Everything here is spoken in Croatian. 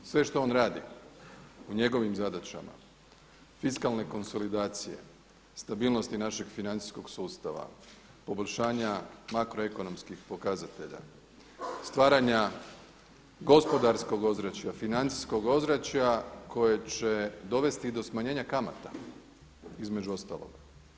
Sve što on radi u njegovim zadaćama fiskalne konsolidacije, stabilnosti našeg financijskog sustava, poboljšanja makro ekonomskih pokazatelja, stvaranja gospodarskog ozračja, financijskog ozračja koje će dovesti do smanjenja kamata između ostaloga.